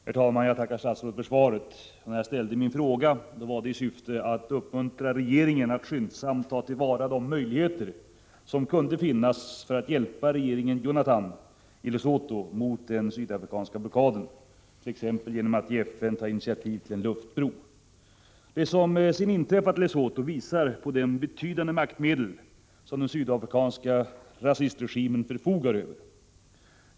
Herr talman! Jag tackar statsrådet för svaret. När jag ställde min fråga var syftet att uppmuntra regeringen att skyndsamt ta till vara de möjligheter som kunde finnas att hjälpa regeringen Jonathan i Lesotho mot den sydafrikanska blockaden, t.ex. genom att i FN ta initiativ till en luftbro. Det som har inträffat i Lesotho visar vilka betydande maktmedel den sydafrikanska rasistregimen förfogar över.